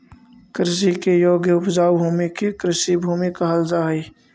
कृषि के योग्य उपजाऊ भूमि के कृषिभूमि कहल जा हई